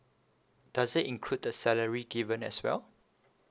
does it include the salary given as well